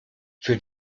für